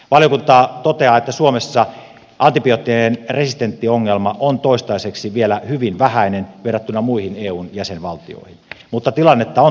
valiokunta toteaa että suomessa antibioottien resistenssiongelma on toistaiseksi vielä hyvin vähäinen verrattuna muihin eun jäsenvaltioihin mutta tilannetta on tarpeen seurata